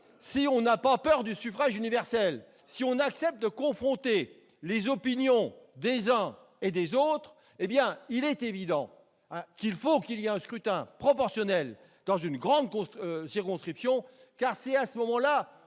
si on n'a pas peur du suffrage universel et si on accepte de confronter les opinions des uns et des autres, il est évident qu'il faut mettre en place un scrutin proportionnel dans une grande circonscription. Car, alors, c'est la